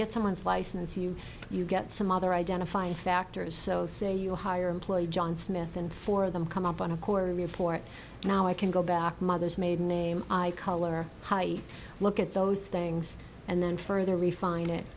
get someone's license you you get some other identifying factors so say you hire employee john smith and four of them come up on a quarterly report now i can go back mother's maiden name i color height look at those things and then further refine it